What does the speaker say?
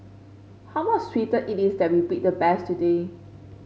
how much sweeter it is that we beat the best today